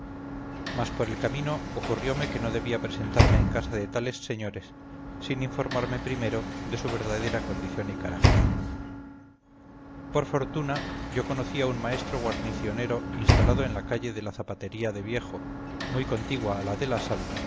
mas por el camino ocurriome que no debía presentarme en casa de tales señores sin informarme primero de su verdadera condición y carácter por fortuna yo conocía un maestro guarnicionero instalado en la calle de la zapatería de viejo muy contigua a la de la sal